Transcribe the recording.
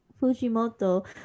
Fujimoto